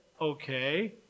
okay